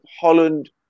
Holland